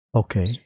okay